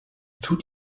tut